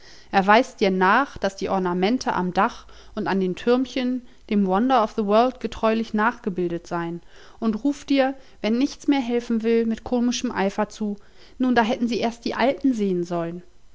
er weist dir nach daß die ornamente am dach und an den türmchen dem wonder of the world getreulich nachgebildet seien und ruft dir wenn nichts mehr helfen will mit komischem eifer zu nun da hätten sie erst die alten sehen sollen